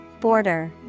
Border